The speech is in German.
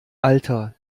alter